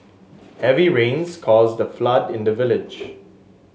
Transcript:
heavy rains caused a flood in the village